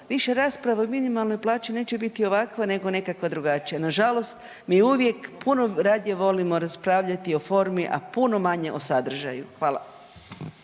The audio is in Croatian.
više rasprava o minimalnoj plaći neće biti ovakva nego nekakva drugačija, nažalost mi uvijek puno radije volimo raspravljati o formi, a puno manje o sadržaju. Hvala.